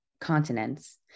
continents